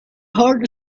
heart